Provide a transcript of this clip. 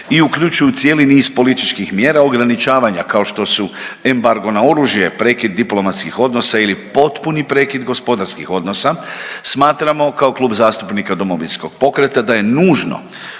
i uključuju cijeli niz političkih mjera ograničavanja kao što su embargo na oružje, prekid diplomatskih odnosa ili potpuni prekid gospodarskih odnosa smatramo kao Klub zastupnika Domovinskog pokreta da je nužno